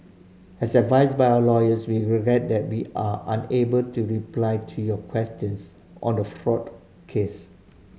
as advised by our lawyers we regret that we are unable to reply to your questions on the fraud case